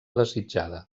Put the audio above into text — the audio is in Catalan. desitjada